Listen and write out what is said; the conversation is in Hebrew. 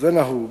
נהוג